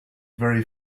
very